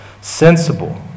sensible